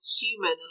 human